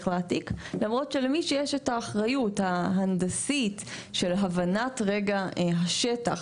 להעתיק.״ למרות שלמי שיש את האחריות ההנדסית והבנת השטח,